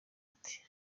ati